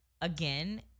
again